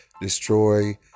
Destroy